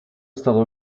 stato